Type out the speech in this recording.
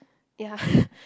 ya